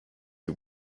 you